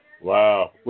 Wow